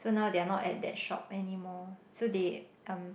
so now they are not at that shop anymore so they um